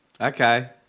Okay